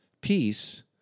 peace